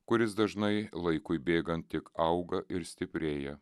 kuris dažnai laikui bėgant tik auga ir stiprėja